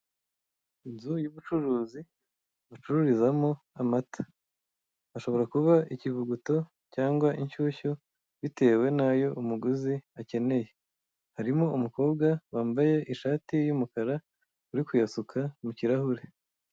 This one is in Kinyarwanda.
Inzu y'ubucuruzi bacururizamo amata. Ashobora kuba ikivuguto, cyangwa inshyushyu, bitewe n'ayo umuguzi akeneye. Harimo umukobwa wambaye ishati y'umukara, uri kuyasuka mukirahure.